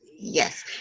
Yes